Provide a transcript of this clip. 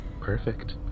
Perfect